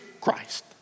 Christ